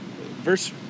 verse